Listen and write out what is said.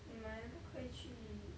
你们不可以去